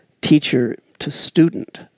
teacher-to-student